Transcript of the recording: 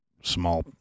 small